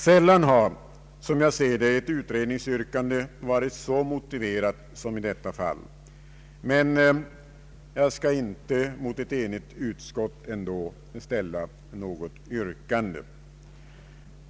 Sällan har, som jag ser det, ett utredningsyrkande varit så motiverat som i detta fall, men jag skall inte mot ett enigt utskott ställa något yrkande.